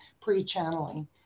pre-channeling